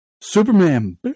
Superman